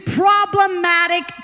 problematic